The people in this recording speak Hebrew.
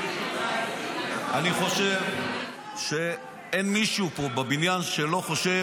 אני חושב שאין מישהו פה בבניין שלא חושב